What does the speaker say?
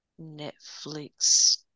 Netflix